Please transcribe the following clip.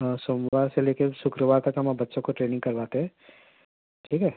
ہاں سوموار سے لے کے شکروار تک ہم وہاں بچوں کو ٹریننگ کرواتے ہیں ٹھیک ہے